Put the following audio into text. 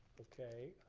okay,